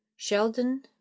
sheldon